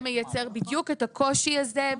זה מייצר בדיוק את הקושי הזה.